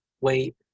wait